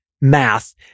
math